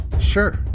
Sure